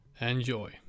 Enjoy